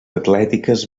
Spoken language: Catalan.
atlètiques